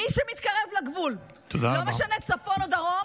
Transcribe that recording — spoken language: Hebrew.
מי שמתקרב לגבול, לא משנה צפון או דרום,